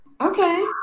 Okay